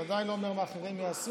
זה עדיין לא אומר מה אחרים יעשו.